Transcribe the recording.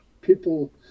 people